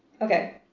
Okay